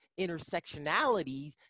intersectionality